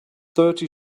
thirty